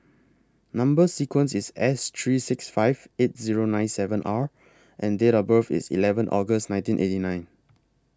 Number sequence IS S three six five eight Zero nine seven R and Date of birth IS eleven August nineteen eighty nine